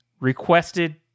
requested